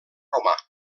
romà